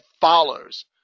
follows